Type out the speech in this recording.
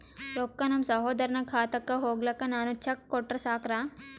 ರೊಕ್ಕ ನಮ್ಮಸಹೋದರನ ಖಾತಕ್ಕ ಹೋಗ್ಲಾಕ್ಕ ನಾನು ಚೆಕ್ ಕೊಟ್ರ ಸಾಕ್ರ?